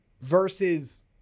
versus